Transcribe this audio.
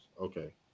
Okay